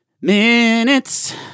minutes